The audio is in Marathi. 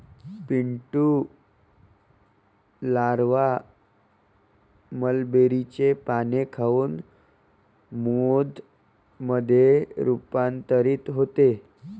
पिंटू लारवा मलबेरीचे पाने खाऊन मोथ मध्ये रूपांतरित होते